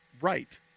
right